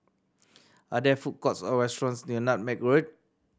are there food courts or restaurants near Nutmeg Road